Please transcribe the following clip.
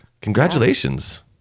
Congratulations